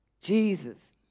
Jesus